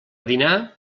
dinar